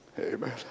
Amen